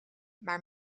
maar